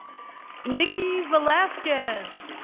nikki velasquez.